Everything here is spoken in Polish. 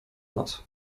nas